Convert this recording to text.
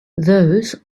those